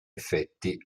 effetti